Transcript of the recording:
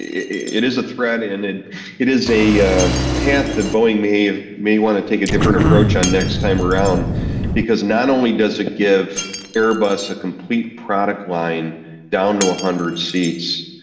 it it is a threat, and it it is a a path that boeing may ah may want to take a different approach on next time around because not only does it give airbus a complete product line down to one hundred seats,